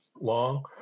long